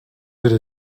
bir